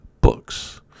books